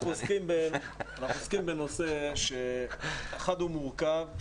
אנחנו עוסקים בנושא, אחד, הוא מורכב.